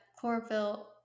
chlorophyll